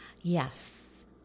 Yes